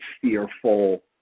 fearful